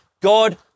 God